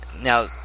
now